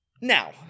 Now